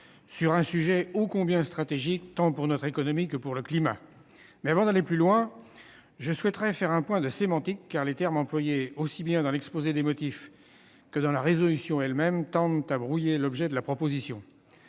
sur un sujet ô combien stratégique, tant pour notre économie que pour le climat. Toutefois, avant d'aller plus avant, permettez-moi de formuler un point de sémantique, car les termes employés, aussi bien dans l'exposé des motifs que dans la résolution elle-même, tendent à brouiller l'objet de la proposition.